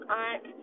aunt